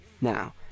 Now